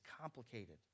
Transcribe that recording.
complicated